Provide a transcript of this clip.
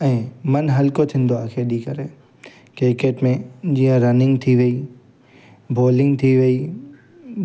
ऐं मनु हल्को थींदो आहे खेॾी करे किक्रेट में जीअं रनिंग थी वेई बॉलिंग थी वेई